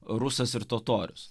rusas ir totorius